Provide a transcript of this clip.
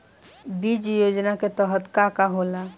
बीज योजना के तहत का का होला?